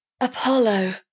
Apollo